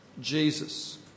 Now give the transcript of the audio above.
Jesus